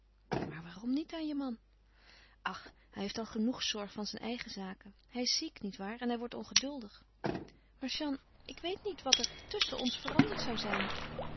maar waarom niet aan je man ach hij heeft al genoeg zorg van zijn eigen zaken hij is ziek niet waar en hij wordt ongeduldig maar jeanne ik weet niet wat er tusschen ons veranderd zou zijn